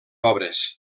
obres